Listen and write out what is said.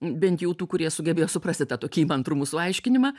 bent jau tų kurie sugebėjo suprasti tą tokį įmantrų mūsų aiškinimą